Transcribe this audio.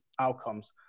outcomes